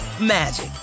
magic